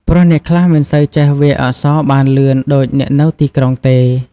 ព្រោះអ្នកខ្លះមិនសូវចេះវាយអក្សរបានលឿនដូចអ្នកនៅទីក្រុងទេ។